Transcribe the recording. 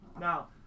Now